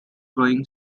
growing